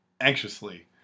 anxiously